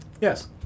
Yes